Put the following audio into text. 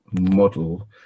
model